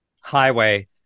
highway